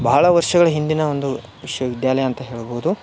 ಭಾಳ ವರ್ಷಗಳ ಹಿಂದಿನ ಒಂದು ವಿಶ್ವವಿದ್ಯಾಲಯ ಅಂತ ಹೇಳ್ಬೋದು